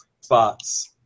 spots